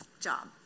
job